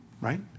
right